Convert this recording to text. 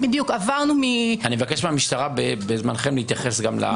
אני מבקש מהמשטרה, בזמנכם, להתייחס גם לעניין הזה.